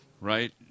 right